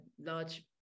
large